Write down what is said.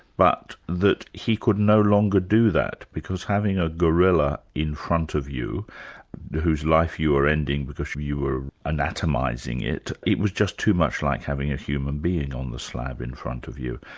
but that he could no longer do that, because having a gorilla in front of you whose life you were ending because you you were anatomising it, it was just too much like having a human being on the slab in front of you.